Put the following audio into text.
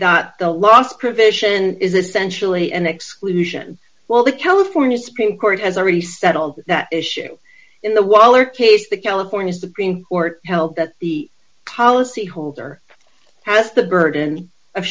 that the last provision is essentially an exclusion well the california supreme court has already settled that issue in the waller case the california supreme court held that the policy holder has the burden of